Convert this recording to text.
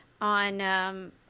on